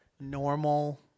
Normal